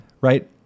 Right